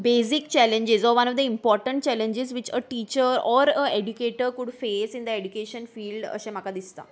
basic challenges or one of the important challenges which a teacher or a educator could face in the education field अशें म्हाका दिसता